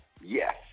Yes